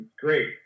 great